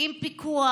עם פיקוח,